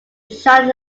san